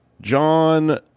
John